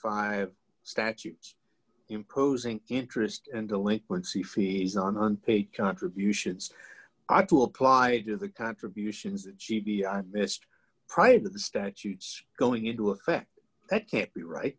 five statute imposing interest and go in once the fees on unpaid contributions to apply to the contributions g b i missed prior to the statutes going into effect that can't be right